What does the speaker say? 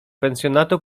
pensjonatu